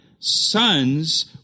Sons